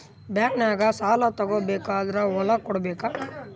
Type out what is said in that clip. ಬ್ಯಾಂಕ್ನಾಗ ಸಾಲ ತಗೋ ಬೇಕಾದ್ರ್ ಹೊಲ ಕೊಡಬೇಕಾ?